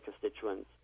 constituents